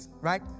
right